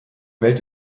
welt